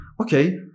okay